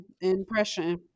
impression